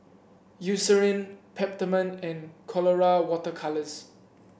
Eucerin Peptamen and Colora Water Colours